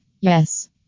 yes